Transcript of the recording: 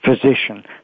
physician